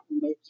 make